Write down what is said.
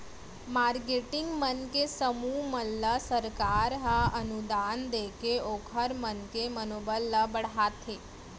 marketing मन के समूह मन ल सरकार ह अनुदान देके ओखर मन के मनोबल ल बड़हाथे